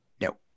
No